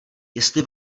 jestli